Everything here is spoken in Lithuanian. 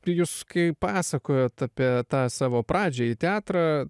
jūs kai pasakojote apie tą savo pradžią į teatrą